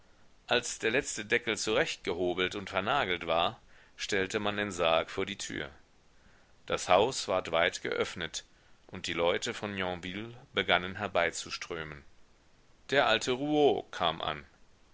als der letzte deckel zurechtgehobelt und vernagelt war stellte man den sarg vor die tür das haus ward weit geöffnet und die leute von yonville begannen herbeizuströmen der alte rouault kam an